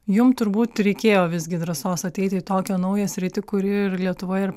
jum turbūt reikėjo visgi drąsos ateiti į tokią naują sritį kuri ir lietuvoj ir